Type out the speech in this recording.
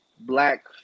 black